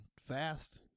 fast